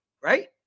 right